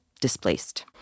displaced